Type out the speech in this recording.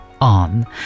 On